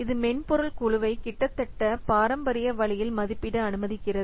இது மென்பொருள் குழுவை கிட்டத்தட்ட பாரம்பரிய வழியில் மதிப்பிட அனுமதிக்கிறது